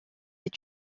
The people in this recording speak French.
est